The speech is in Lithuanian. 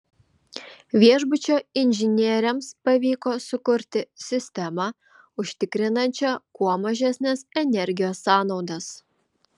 viešbučio inžinieriams pavyko sukurti sistemą užtikrinančią kuo mažesnes energijos sąnaudas